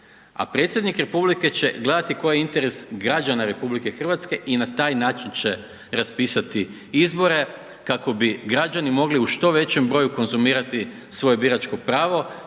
A predsjednik republike će gledati koji je interes građana RH i na taj način će raspisati izbore kako bi građani mogli u što većem broju konzumirati svoje biračko pravo